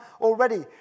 already